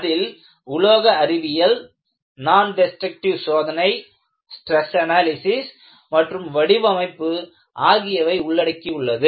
அதில் உலோக அறிவியல் நான் டெஸ்ட்ரக்டிவ் சோதனை ஸ்ட்ரெஸ் அனாலிசிஸ் மற்றும் வடிவமைப்பு ஆகியவை உள்ளடக்கியுள்ளது